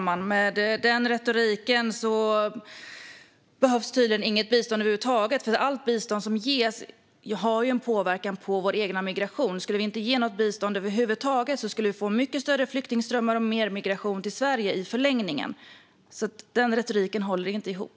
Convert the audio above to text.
Fru talman! Enligt den retoriken behövs tydligen inget bistånd över huvud taget, för allt bistånd som ges har en påverkan på vår migration. Skulle vi inte ge något bistånd över huvud taget skulle vi få mycket större flyktingströmmar och mer migration till Sverige i förlängningen. Den retoriken håller inte ihop.